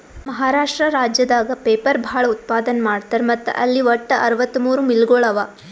ಮಹಾರಾಷ್ಟ್ರ ರಾಜ್ಯದಾಗ್ ಪೇಪರ್ ಭಾಳ್ ಉತ್ಪಾದನ್ ಮಾಡ್ತರ್ ಮತ್ತ್ ಅಲ್ಲಿ ವಟ್ಟ್ ಅರವತ್ತಮೂರ್ ಮಿಲ್ಗೊಳ್ ಅವಾ